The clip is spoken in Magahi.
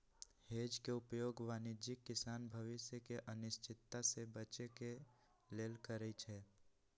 हेज के उपयोग वाणिज्यिक किसान भविष्य के अनिश्चितता से बचे के लेल करइ छै